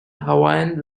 hawaiian